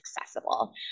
accessible